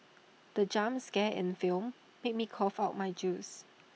the jump scare in the film made me cough out my juice